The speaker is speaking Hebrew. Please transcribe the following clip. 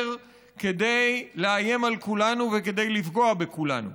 כדי לאיים על כולנו וכדי לפגוע בכולנו.